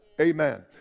Amen